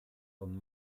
von